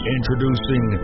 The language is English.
Introducing